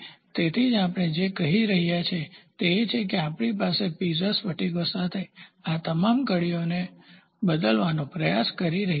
તેથી જ આપણે જે કરી રહ્યા છીએ તે છે કે આપણે પીઝો સ્ફટિકો સાથે આ તમામ કડીઓને બદલવાનો પ્રયાસ કરી રહ્યા છીએ